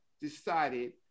decided